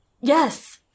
Yes